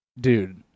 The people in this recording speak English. dude